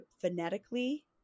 phonetically